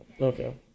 okay